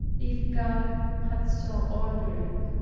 if god had so ordered it.